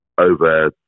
over